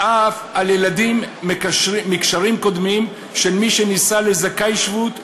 ואף על ילדים מקשרים קודמים של מי שנישא לזכאי שבות,